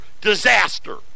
disaster